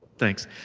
thanks.